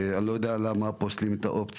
אני לא יודע למה פותחים את מתן הנשק כאופציה,